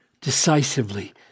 decisively